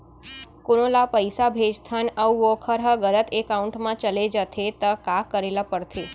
कोनो ला पइसा भेजथन अऊ वोकर ह गलत एकाउंट में चले जथे त का करे ला पड़थे?